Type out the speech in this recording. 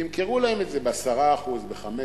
תמכרו להם את זה ב-10%, ב-15%.